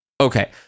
Okay